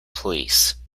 police